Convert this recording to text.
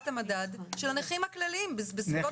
המדד של הנכים הכלליים בסביבות 9 מיליון.